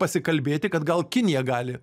pasikalbėti kad gal kinija gali